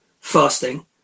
fasting